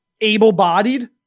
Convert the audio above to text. able-bodied